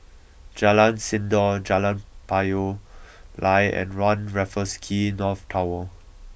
Jalan Sindor Jalan Payoh Lai and One Raffles Quay North Tower